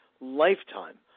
lifetime